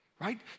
right